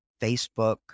Facebook